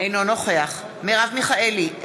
אינו נוכח מרב מיכאלי,